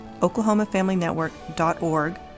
oklahomafamilynetwork.org